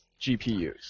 GPUs